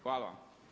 Hvala.